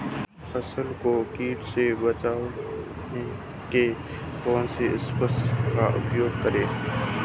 फसल को कीट से बचाव के कौनसे स्प्रे का प्रयोग करें?